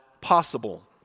possible